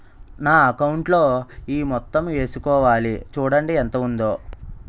నా అకౌంటులో ఈ మొత్తం ఏసుకోవాలి చూడండి ఎంత ఉందో